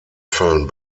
fällen